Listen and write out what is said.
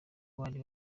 bari